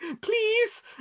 please